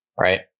right